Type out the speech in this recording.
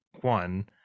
one